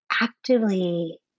actively